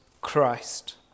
Christ